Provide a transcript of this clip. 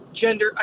gender